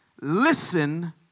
Listen